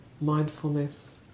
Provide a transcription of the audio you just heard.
mindfulness